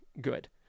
good